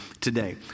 today